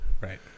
Right